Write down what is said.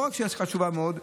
לא רק שהיא חשובה מאוד,